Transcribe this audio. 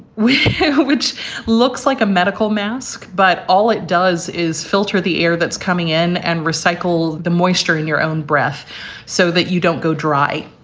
which looks like a medical mask. but all it does is filter the air that's coming in and recycle the moisture in your own breath so that you don't go dry.